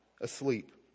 asleep